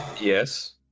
Yes